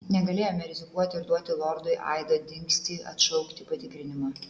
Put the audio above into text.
negalėjome rizikuoti ir duoti lordui aido dingstį atšaukti patikrinimą